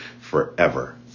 forever